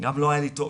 גם לא היה לי טוב,